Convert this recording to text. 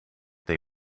they